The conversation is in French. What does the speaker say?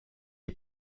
est